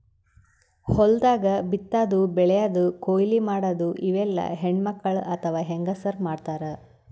ಹೊಲ್ದಾಗ ಬಿತ್ತಾದು ಬೆಳ್ಯಾದು ಕೊಯ್ಲಿ ಮಾಡದು ಇವೆಲ್ಲ ಹೆಣ್ಣ್ಮಕ್ಕಳ್ ಅಥವಾ ಹೆಂಗಸರ್ ಮಾಡ್ತಾರ್